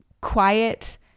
quiet